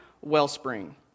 Wellspring